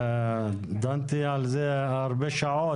דנתי על זה הרבה שעות.